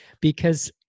Because-